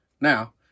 Now